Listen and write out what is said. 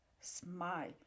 smile